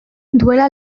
duela